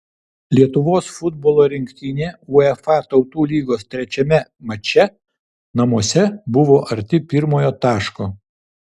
lietuvos futbolo rinktinė uefa tautų lygos trečiame mače namuose buvo arti pirmojo taško